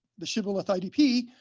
the shibboleth idp.